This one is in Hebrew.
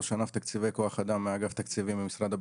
ראש ענף תקציבי כוח מאגף תקציבים במשרד הביטחון.